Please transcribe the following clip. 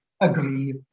agree